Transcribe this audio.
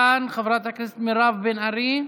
חבר הכנסת דוד ביטן, חברת הכנסת מירב בן ארי,